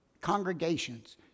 Congregations